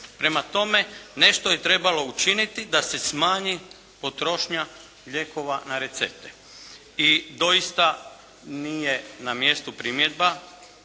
Prema tome, nešto je trebalo učiniti da se smanji potrošnja lijekova na recepte. I doista nije na mjestu primjedba